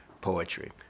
poetry